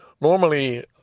normally